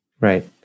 Right